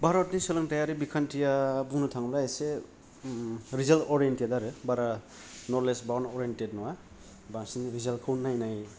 भारतनि सोलोंथाइयारि बिखान्थि आ बुंनो थाङोब्ला एसे रिजाल्ट अरिनटेद आरो बारा नलेज बाउन्ड अरिनटेद नङा बांसिन रिजाल्टखौ नायै नायै